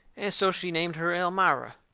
and so she named her elmira.